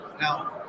Now